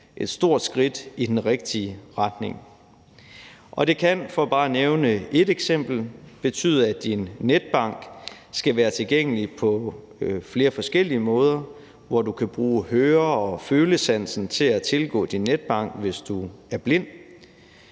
et stort skridt i den rigtige retning. Og det kan, for bare at nævne et eksempel, betyde, at din netbank skal være tilgængelig på flere forskellige måder, hvor du kan bruge høre- og følesansen til at tilgå din netbank, hvis du er blind.